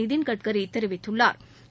நிதின்கட்கி தெரிவித்துள்ளாா்